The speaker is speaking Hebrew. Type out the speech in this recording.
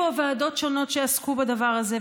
היו פה ועדות שונות שעסקו בדבר הזה.